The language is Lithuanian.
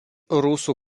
rusų